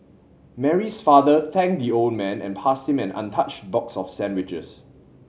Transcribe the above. Mary's father thanked the old man and passed him an untouched box of sandwiches